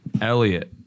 Elliot